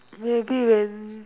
maybe and